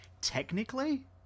technically